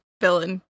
villain